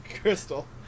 crystal